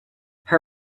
her